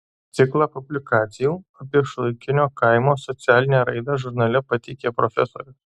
ciklą publikacijų apie šiuolaikinio kaimo socialinę raidą žurnale pateikė profesorius